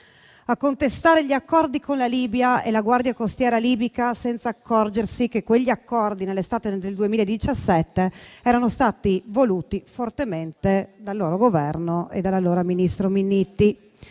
a contestare gli accordi con la Libia e la guardia costiera libica senza accorgersi che quegli accordi nell'estate del 2017 erano stati voluti fortemente dal loro Governo e dall'allora ministro Minniti.